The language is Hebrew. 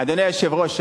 אדוני היושב-ראש,